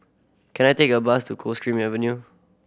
can I take a bus to Coldstream Avenue